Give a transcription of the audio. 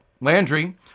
Landry